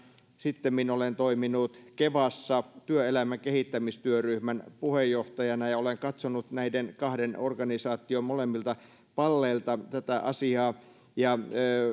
sittemmin olen toiminut kevassa työelämän kehittämistyöryhmän puheenjohtajana ja olen katsonut näiden kahden organisaation molemmilta palleilta tätä asiaa